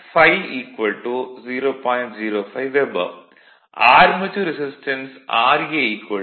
05 weber armature resistance ra 0